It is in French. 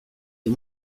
est